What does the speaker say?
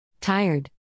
Tired